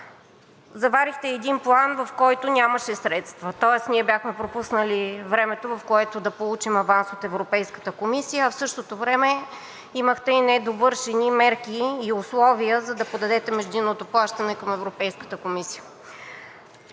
Заварихте един план, в който нямаше средства, ние бяхме пропуснали времето, в което да получим аванс от Европейската комисия, а в същото време имахте и недовършени мерки и условия, за да подадете междинното плащане към Европейската комисия.